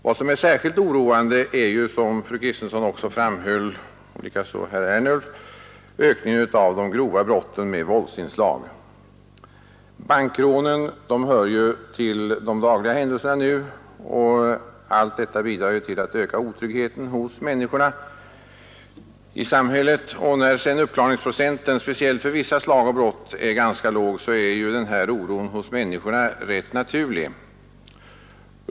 Vad som är särskilt oroande, vilket både fru Kristensson och herr Ernulf framhöll, är ökningen av de grova brotten med våldsinslag. Bankrånen hör snart till de dagliga händelserna, och allt detta bidrar till att öka otryggheten hos människorna i samhället. När sedan uppklaringsprocenten — speciellt för vissa slag av brott — är ganska låg så är den här oron hos människorna rätt naturlig.